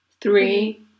Three